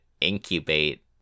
incubate